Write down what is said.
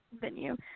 venue